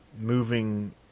moving